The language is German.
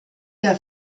der